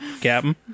Captain